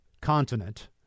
continent